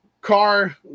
car